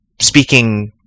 Speaking